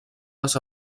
les